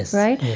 right?